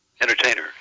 entertainer